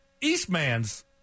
Eastman's